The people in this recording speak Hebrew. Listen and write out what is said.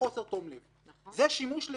אדוני היושב-ראש,